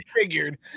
figured